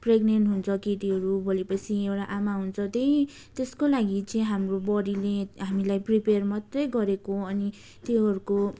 pregnant हुन्छ केटीहरू भोलिपर्सि एउटा आमा हुन्छ त्यही त्यसको लागि चाहिँ हाम्रो बडीले हामीलाई प्रिपेयर मात्रै गरेको अनि त्योहरूको